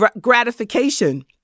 gratification